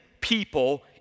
people